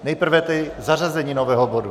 Nejprve zařazení nového bodu.